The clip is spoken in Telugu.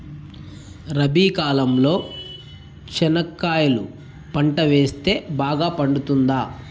రబి కాలంలో చెనక్కాయలు పంట వేస్తే బాగా పండుతుందా?